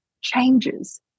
changes